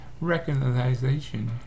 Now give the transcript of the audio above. recognition